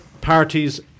parties